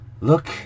Look